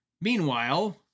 Meanwhile